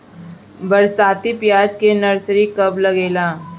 बरसाती प्याज के नर्सरी कब लागेला?